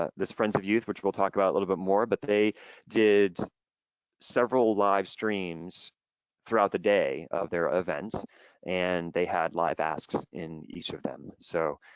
ah this friends of youth, which we'll talk about a little bit more, but they did several live streams throughout the day of their events and they had live asks in each of them. so